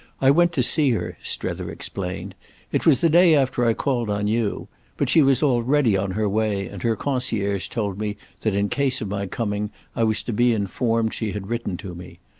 i went to see her, strether explained it was the day after i called on you but she was already on her way, and her concierge told me that in case of my coming i was to be informed she had written to me.